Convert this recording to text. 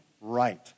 right